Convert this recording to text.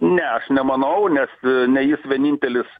ne nemanau nes ne jis vienintelis